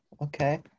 okay